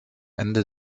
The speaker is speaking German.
ende